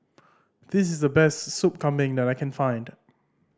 this is the best Sup Kambing that I can find